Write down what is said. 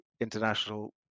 international